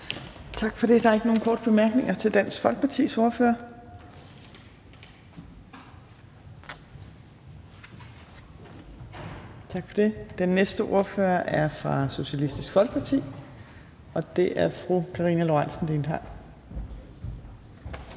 Tak for det. Der er ikke nogen korte bemærkninger til Dansk Folkepartis ordfører. Den næste ordfører er fra Socialistisk Folkeparti, og det er fru Karina Lorentzen